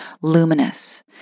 luminous